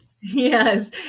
Yes